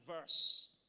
verse